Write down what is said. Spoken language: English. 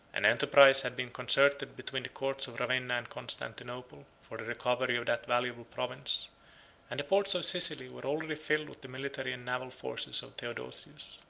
an enterprise had been concerted between the courts of ravenna and constantinople, for the recovery of that valuable province and the ports of sicily were already filled with the military and naval forces of theodosius.